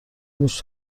موش